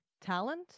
talent